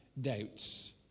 doubts